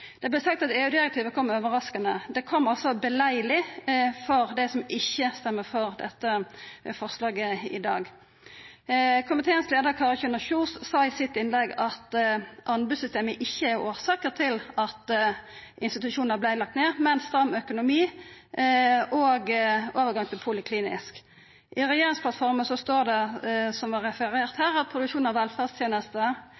Det vart sagt at EU-direktivet kom overraskande. Det kom altså lagleg for dei som ikkje stemmer for dette forslaget i dag. Komiteens leiar, Kari Kjønaas Kjos, sa i sitt innlegg at anbodssystemet ikkje er årsaka til at institusjonar vart lagde ned, men stram økonomi og overgang til poliklinisk behandling. I regjeringsplattforma står det, som det vart referert